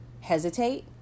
hesitate